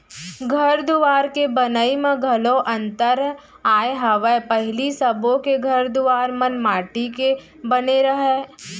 घर दुवार के बनई म घलौ अंतर आय हवय पहिली सबो के घर दुवार मन माटी के बने रहय